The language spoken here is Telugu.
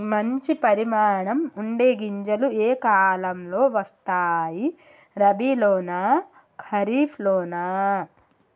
మంచి పరిమాణం ఉండే గింజలు ఏ కాలం లో వస్తాయి? రబీ లోనా? ఖరీఫ్ లోనా?